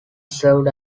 served